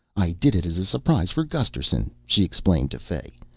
i did it as a surprise for gusterson, she explained to fay.